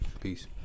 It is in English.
peace